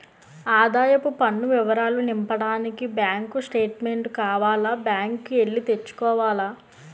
ఆదాయపు పన్ను వివరాలు నింపడానికి బ్యాంకు స్టేట్మెంటు కావాల బ్యాంకు కి ఎల్లి తెచ్చుకోవాల